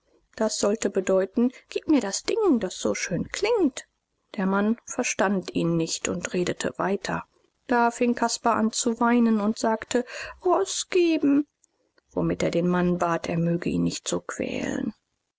das sollte bedeuten gib mir das ding das so schön klingt der mann verstand ihn nicht und redete weiter da fing caspar an zu weinen und sagte roß geben womit er den mann bat er möge ihn nicht so quälen